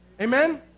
Amen